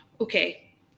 Okay